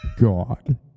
God